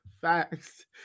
Facts